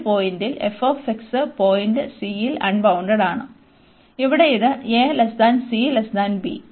കൂടാതെ ഒരു പോയിന്റിൽ f പോയിന്റ് c യിൽ അൺബൌണ്ടഡ്ഡാണ് ഇവിടെ ഇത് acb